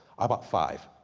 i bought five.